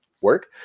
work